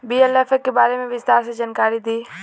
BLF के बारे में विस्तार से जानकारी दी?